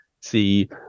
See